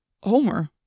Homer